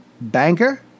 banker